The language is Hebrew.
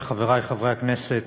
חברי חברי הכנסת,